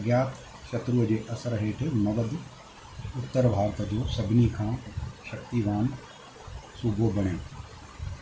अजातशत्रू जे असर हेठि मगध उत्तर भारत जो सभिनी खां शक्तीवान सूबो बणियो